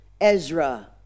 Ezra